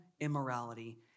immorality